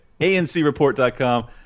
ancreport.com